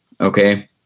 Okay